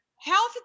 Health